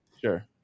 sure